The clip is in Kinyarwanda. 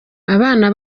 abana